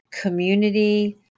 Community